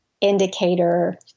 Indicator